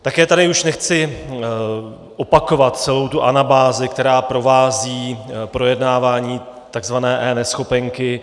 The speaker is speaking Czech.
Také tady už nechci opakovat celou tu anabázi, která provází projednávání tzv. eNeschopenky.